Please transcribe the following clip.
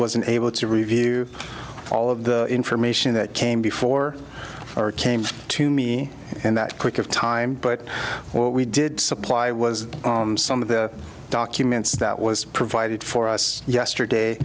wasn't able to review all of the information that came before or came to me and that quick of time but what we did supply was some of the documents that was provided for us yesterday